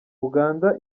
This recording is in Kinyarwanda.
uganda